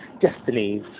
destinies